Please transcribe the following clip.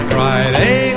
Friday